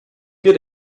get